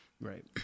Right